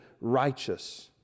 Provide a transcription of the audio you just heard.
righteous